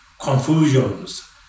confusions